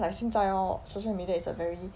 like 现在 lor social media is a very